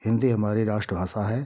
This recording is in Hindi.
हिन्दी हमारी राष्ट्रभाषा है